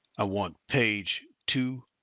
i want page two,